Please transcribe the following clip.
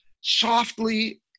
softly